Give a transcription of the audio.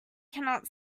cannot